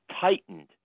tightened